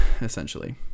essentially